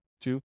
Two